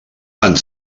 tant